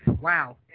Wow